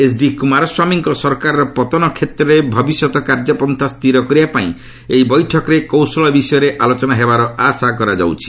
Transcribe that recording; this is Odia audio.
ଏଚ୍ଡି କୁମାରସ୍ୱାମୀଙ୍କ ସରକାରର ପତନ କ୍ଷେତ୍ରରେ ଭବିଷ୍ୟତ କାର୍ଯ୍ୟପନ୍ଥା ସ୍ଥିର କରିବା ପାଇଁ ଏହି ବୈଠକରେ କୌଶଳ ବିଷୟରେ ଆଲୋଚନା ହେବାର ଆଶା କରାଯାଉଛି